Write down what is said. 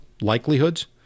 likelihoods